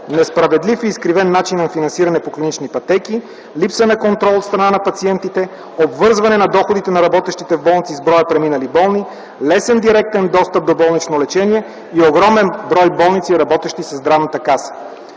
несправедлив и изкривен начин на финансиране по клинични пътеки, липса на контрол от страна на пациентите, обвързване на доходите на работещите в болниците с броя преминали болни, лесен директен достъп до болнично лечение и огромен брой болници, работещи със Здравната каса.